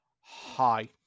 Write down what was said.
Hi